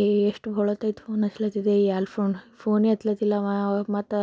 ಏ ಎಷ್ಟು ಭಾಳೋತಾಯ್ತು ಫೋನ್ ಹಚ್ಲತಿದ್ದೆ ಎಲ್ಲಿ ಫೋನ್ ಫೋನೇ ಎತ್ತುತ್ತಿಲ್ಲಾ ಅವ ಅವ ಮತ್ತು